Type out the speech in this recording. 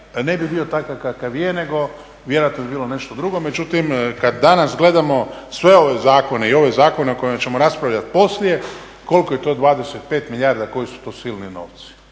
ne bi bio takav kakav je, nego vjerojatno bi bilo nešto drugo. Međutim, kad danas gledam sve ove zakone i ove zakone o kojima ćemo raspravljati poslije, koliko je to 25 milijarda, koji su to silni novci